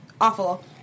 awful